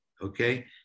Okay